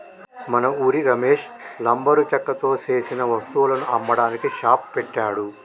మన ఉరి రమేష్ లంబరు చెక్కతో సేసిన వస్తువులను అమ్మడానికి షాప్ పెట్టాడు